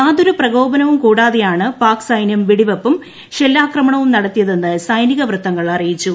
യാതൊരു പ്രകോപനവും കൂടാതെയാണ് പാക് സൈനൃം വെടിവെപ്പും ഷെല്ലാക്രമണവും നടത്തിയതെന്ന് സൈനിക വൃത്തങ്ങൾ അറിയിച്ചു